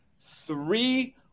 three